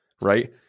Right